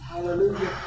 Hallelujah